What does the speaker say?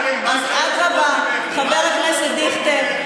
חבר הכנסת דיכטר.